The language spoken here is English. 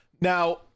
Now